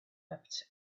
wept